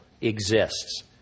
exists